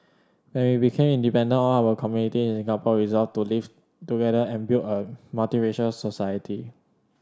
when we became independent all our community in Singapore resolved to live together and build a multiracial society